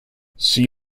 see